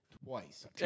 Twice